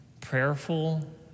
prayerful